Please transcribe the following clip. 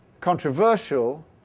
controversial